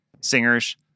singers